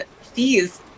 fees